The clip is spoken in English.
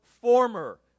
former